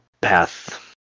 path